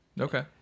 Okay